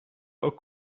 ook